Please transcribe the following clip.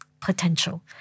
potential